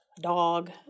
dog